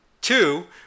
two